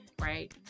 right